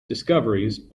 discoveries